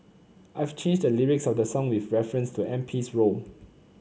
I've changed the lyrics of the song with reference to M P's role